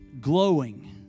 glowing